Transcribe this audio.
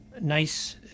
nice